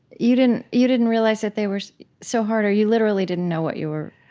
you didn't you didn't realize that they were so hard, or you literally didn't know what you were,